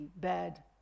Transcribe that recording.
bad